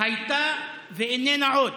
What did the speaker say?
הייתה ואיננה עוד.